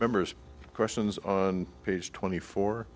but members questions on page twenty four